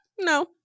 No